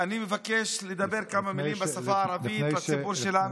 אני מבקש להגיד כמה מילים בשפה הערבית לציבור שלנו.